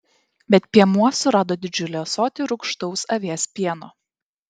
bet piemuo surado didžiulį ąsotį rūgštaus avies pieno